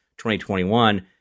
2021